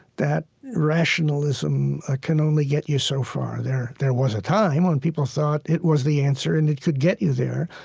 that rationalism can only get you so far. there there was a time when people thought it was the answer, and it could get you there.